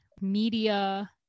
media